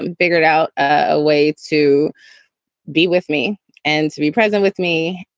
and figured out a way to be with me and to be present with me.